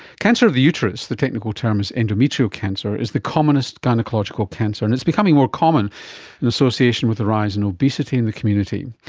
cancer of the uterus, uterus, the technical term is endometrial cancer, is the commonest gynaecological cancer and it's becoming more common in association with the rise in obesity in the community.